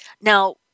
Now